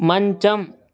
మంచం